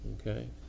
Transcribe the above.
Okay